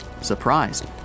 Surprised